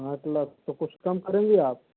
हाँ तो कुछ कम करेंगी आप